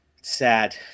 sad